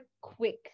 quick